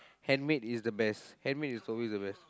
handmade is the best handmade is always the best